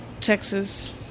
Texas